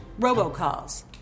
robocalls